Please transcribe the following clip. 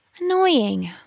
Annoying